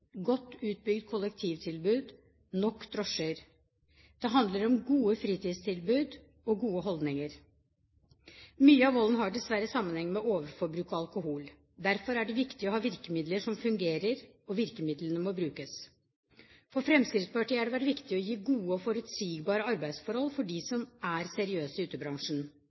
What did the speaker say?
godt utbygd kollektivtilbud og nok drosjer. Det handler om gode fritidstilbud og gode holdninger. Mye av volden har dessverre sammenheng med overforbruk av alkohol. Derfor er det viktig å ha virkemidler som fungerer, og virkemidlene må brukes. For Fremskrittspartiet har det vært viktig å gi gode og forutsigbare arbeidsforhold for dem som er seriøse i utebransjen.